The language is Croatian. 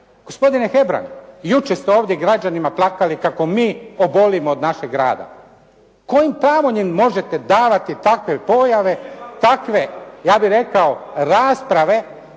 Gospodine Hebrang, jučer ste ovdje građanima plakali kako mi obolimo od našeg grada. Kojim pravom im možete davati takve pojave, takve ja bih rekao, rasprave,